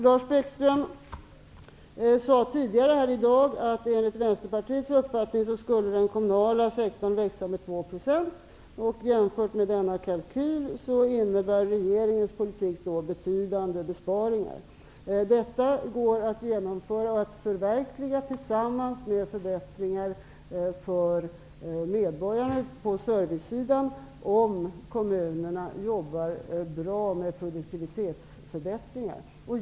Lars Bäckström sade tidigare i dag att den kommunala sektorn enligt Vänsterpartiets uppfattning skulle växa med 2 %. Jämfört med denna kalkyl innebär regeringens politik betydande besparingar. Den går att förverkliga tillsammans med förbättringar för medborgarna på servicesidan, om kommunerna jobbar bra med produktivitetsförbättringar.